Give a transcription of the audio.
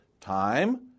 time